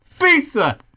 Pizza